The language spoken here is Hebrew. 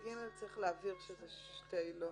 ב-(ג) צריך להבהיר שאלה שתי עילות.